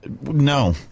No